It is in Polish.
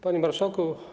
Panie Marszałku!